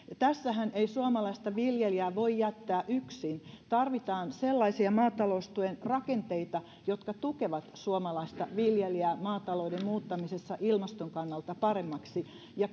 tässähän ei suomalaista viljelijää voi jättää yksin tarvitaan sellaisia maataloustuen rakenteita jotka tukevat suomalaista viljelijää maatalouden muuttamisessa ilmaston kannalta paremmaksi